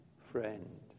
friend